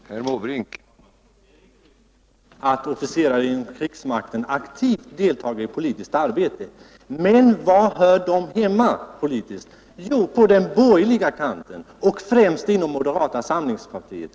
Herr talman! Ja, visst förekommer det att officerare i krigsmakten aktivt deltar i politiskt arbete, men var hör de hemma politiskt? Jo, på den borgerliga kanten, främst inom moderata samlingspartiet.